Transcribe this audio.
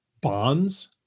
bonds